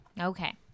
Okay